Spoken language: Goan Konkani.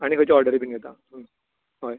आनी खंयचे ऑर्डरी बी घेता हय